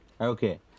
Okay